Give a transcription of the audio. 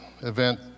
event